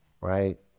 right